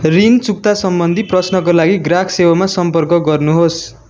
ऋण चुक्ता सम्बन्धी प्रश्नको लागि ग्राहक सेवामा सम्पर्क गर्नुहोस्